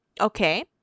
Okay